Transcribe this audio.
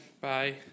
Bye